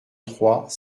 trois